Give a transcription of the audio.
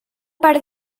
per